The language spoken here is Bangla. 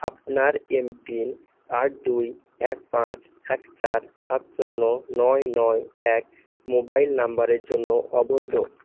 আপনার এমপিন আট দুই এক পাঁচ এক চার সাত শূন্য নয় নয় এক মোবাইল নাম্বারের জন্য অবৈধ